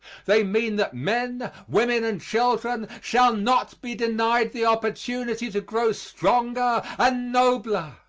they mean that men, women and children shall not be denied the opportunity to grow stronger and nobler.